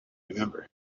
remember